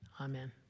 amen